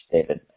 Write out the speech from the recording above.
David